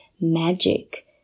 magic